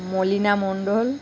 Malina Mondal